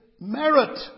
merit